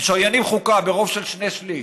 חוקה ברוב של שני-שלישים.